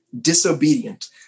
disobedient